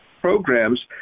programs